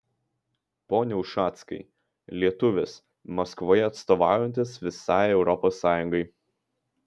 pone ušackai lietuvis maskvoje atstovaujantis visai europos sąjungai